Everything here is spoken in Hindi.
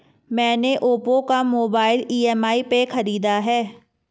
मैने ओप्पो का मोबाइल ई.एम.आई पे खरीदा है